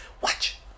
watch